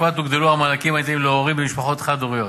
בפרט הוגדלו המענקים הניתנים להורים במשפחות חד-הוריות,